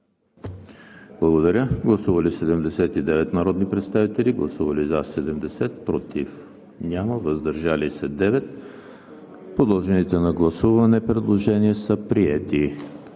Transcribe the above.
Комисията. Гласували 79 народни представители: за 70, против няма, въздържали се 9. Подложените на гласуване предложения са приети.